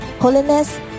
holiness